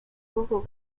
google